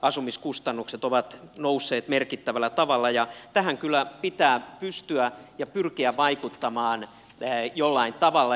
asumiskustannukset ovat nousseet merkittävällä tavalla ja tähän kyllä pitää pystyä ja pyrkiä vaikuttamaan jollain tavalla